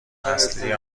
اصلی